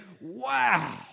wow